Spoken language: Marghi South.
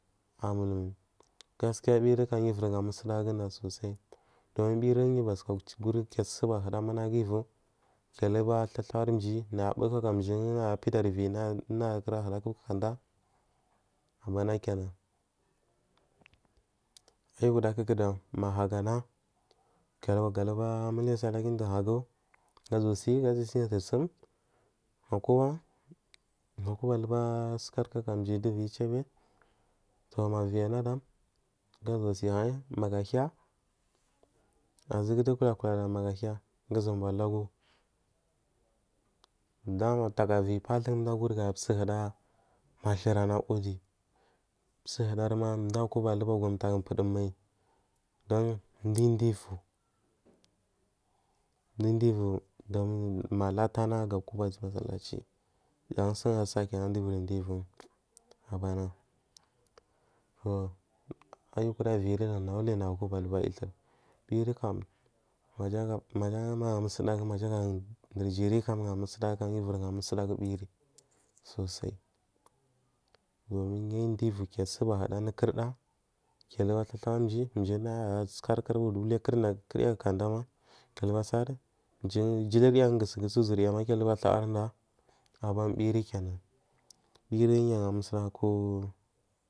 A mul mai gaskiya yu uvir ha musudaguda sosai janviyiri yu batuguri gaya asuba huda uviyu ga kiya aruga tatawa ei jiyi na abu k aka juyi apidar viyi du kura gada ko bu kakada abana kenanayi kura kukudam maha guana kiya aruga muliya sallah unur hagu ga suwa si siyar sorzum ga kuba gukuba aluga suka ri ka kadu ceyi be to ma inyi anadam gazuwa to ma viyi anadam gazuwa so hayi maga ahiya a za gudu kula kula mogu ahiya ga suwa bari lagu dama taka viyi patu ga kuri gas u guda mature ana wodi su gudarima da a kuba abu tagu pudum mai dun du u duviyi du divi vi malatu ana ga kuba azu massalanci jan su a sari kenan du du uviri duvo abana to ayiguda viyirikam dule nagu ukoba aluga yitur viyiri kam maja maja ha musa dagu dur jiri kum ha musu dogu yikam uiri ha musuda gu saturi sosai uyu ya duvi kuya suba huda anu kurda gaya aruga tatawaji jiyidu da na asikari hudu la a gurda kurya kaka dama ki yaruga ri calgu yan gusu gusu uzodama ki ya aruga tawari da aban biyiri kanenan vi yiri ya ahamusuda gu.